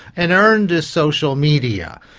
and earned is social media.